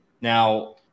now